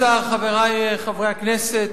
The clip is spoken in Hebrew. אדוני השר, חברי חברי הכנסת,